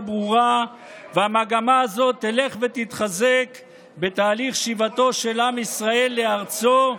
ברורה והמגמה הזאת תלך ותתחזק בתהליך שיבתו של עם ישראל לארצו,